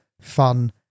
fun